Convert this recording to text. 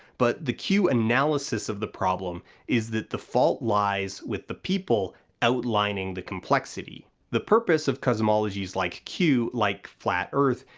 but the q analysis of the problem is that the fault lies with the people outlining the complexity. the purpose of cosmologies like q, like flat earth,